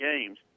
games